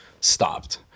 stopped